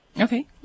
Okay